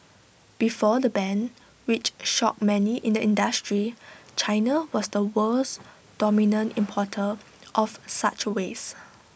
before the ban which shocked many in the industry China was the world's dominant importer of such wastes